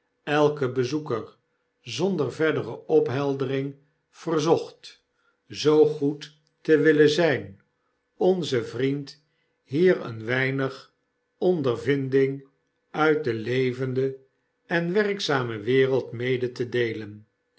elken bezoeker zonder verdere opheldering verzocht zoo goed te willen zgn onzen vriend hier een weimg ondervinding uit de levende en werkzame wereld mede te deelen